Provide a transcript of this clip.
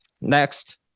next